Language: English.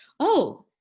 oh,